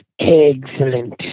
excellent